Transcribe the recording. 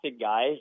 guy